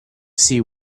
see